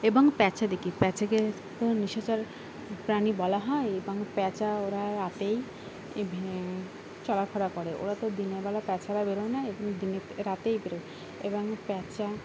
এবং প্যাঁচা দেখি প্যাঁচাকে তো নিশাচার প্রাণী বলা হয় এবং প্যাঁচা ওরা রাতেই চলাফরা করে ওরা তো দিনেরবলা প্যাঁচারা বেরোয় না এবং দিনে রাতেই বেরোয় এবং প্যাঁচা